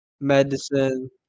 medicine